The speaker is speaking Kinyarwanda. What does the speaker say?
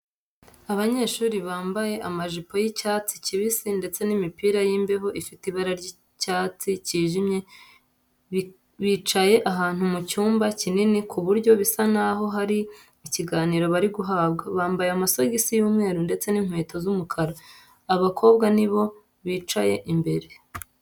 Abanyeshuri bambaye amajipo y'icyatsi kibisi ndetse n'imipira y'imbeho ifite ibara r'icyatdi kijimye bicaye ahantu mu cyumba kinini ku buryo bisa n'aho hari ikiganiro bari guhabwa. Bambaye amasogisi y'umwetu ndetse n'inkewto z'umukara. Abakobwa ni bo bicaye imbere.